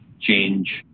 change